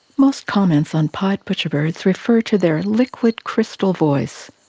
most comments on pied butcherbirds refer to their liquid crystal voice,